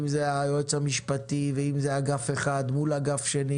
אם זה היועץ המשפטי ואם זה אגף אחד מול אגף שני